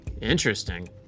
Interesting